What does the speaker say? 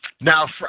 Now